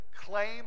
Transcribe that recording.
claim